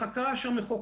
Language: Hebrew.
אלא מחכה שהמחוקק